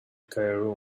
cairum